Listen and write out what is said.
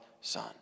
son